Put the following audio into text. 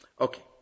Okay